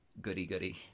goody-goody